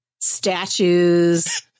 statues